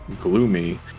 gloomy